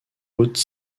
haute